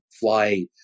fly